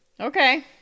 Okay